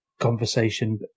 conversation